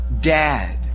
dad